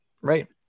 Right